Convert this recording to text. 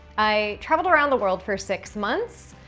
i traveled around the world for six months.